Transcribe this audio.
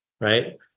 Right